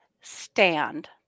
stand